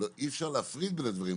אי אפשר להפריד בין הדברים,